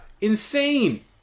insane